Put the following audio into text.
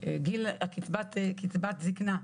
"גיל קצבת זקנה"